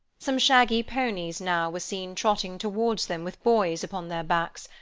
some shaggy ponies now were seen trotting towards them with boys upon their backs,